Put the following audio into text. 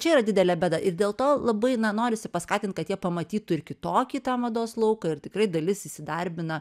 čia yra didelė bėda ir dėl to labai na norisi paskatint kad jie pamatytų ir kitokį tą mados lauką ir tikrai dalis įsidarbina